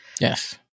Yes